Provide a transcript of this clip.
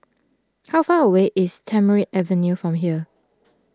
how far away is Tamarind Avenue from here